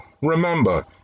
remember